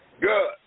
Good